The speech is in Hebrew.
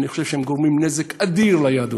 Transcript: אני חושב שהם גורמים נזק אדיר ליהדות.